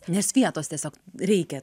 nes vietos tiesiog reikia